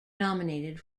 nominated